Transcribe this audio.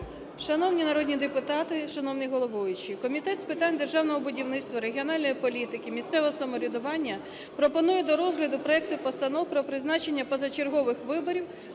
Шановні народні депутати, шановний головуючий! Комітет з питань державного будівництва, регіональної політики, місцевого самоврядування пропонує до розгляду проекти постанов про призначення позачергових виборів